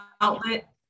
outlet